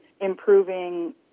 improving